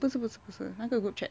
不是不是不是那个 group chat